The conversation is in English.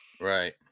right